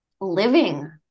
living